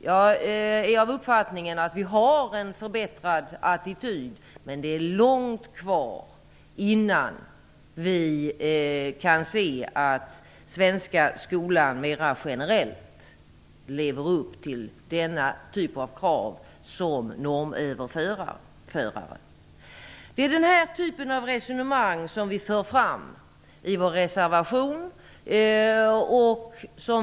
Jag är av den uppfattningen att vi har en förbättrad attityd, men det är långt kvar innan den svenska skolan mer generellt lever upp till kravet som normöverförare. Det är den här typen av resonemang som vi för fram i vår reservation.